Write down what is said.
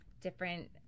different